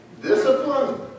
Discipline